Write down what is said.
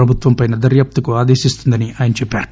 ప్రభుత్వంపైన దర్యాప్తుకు ఆదేశిస్తుందని ఆయన చెప్పారు